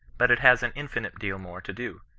but it has an infinite deal more to do.